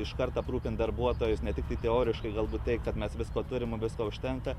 iškart aprūpint darbuotojus ne tiktai teoriškai galbūt tai kad mes visko turim visko užtenka